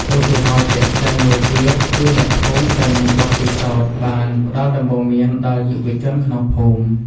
ឧទាហរណ៍ជាក់ស្តែងមួយទៀត គឺអ្នកភូមិដែលមានបទពិសោធន៍បានផ្តល់ដំបូន្មានដល់យុវជនក្នុងភូមិ។